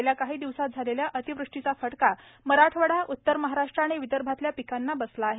गेल्या काही दिवसांत झालेल्या अतिवृष्टीचा फटका मराठवाडा उत्तर महाराष्ट्र आणि विदर्भातल्या पिकांना बसला आहे